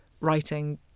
writing